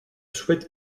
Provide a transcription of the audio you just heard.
souhaite